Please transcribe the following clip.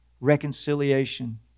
reconciliation